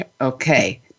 Okay